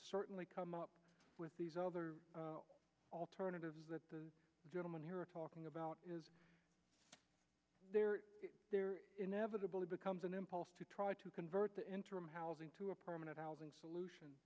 certainly come up with these other alternatives that the gentleman here are talking about is there inevitably becomes an impulse to try to convert the interim housing to a permanent housing solution